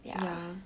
ya